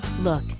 look